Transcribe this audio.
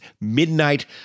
Midnight